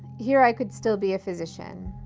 here i could still be a physician.